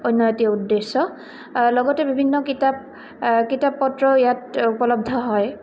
অন্য এটি উদ্দেশ্য লগতে বিভিন্ন কিতাপ কিতাপ পত্ৰ ইয়াত উপলব্ধ হয়